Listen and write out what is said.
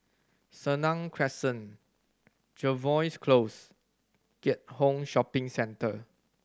Senang Crescent Jervois Close Keat Hong Shopping Centre